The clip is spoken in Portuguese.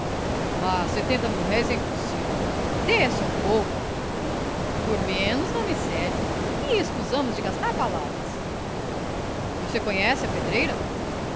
mas setenta mil-réis é impossível desça um pouco por menos não me serve e escusamos de gastar palavras você conhece a pedreira